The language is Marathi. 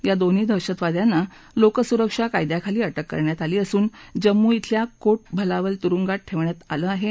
या दोन्ही दहशतवाद्यांना लोकसुरक्षा कायद्याखाली अटक करण्यात आली असून जम्मू धिल्या कोट भलावल तुरुंगात ठवियात आलं आहा